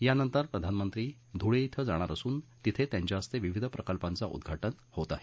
यानंतर प्रधानमंत्री धुळे श्वे जाणार असून तिथे त्यांच्याहस्ते विविध प्रकल्पांचं उद्वाटन होत आहे